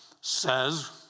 says